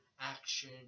action